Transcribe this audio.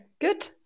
Good